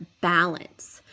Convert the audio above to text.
balance